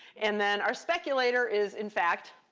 and then our speculator is, in fact,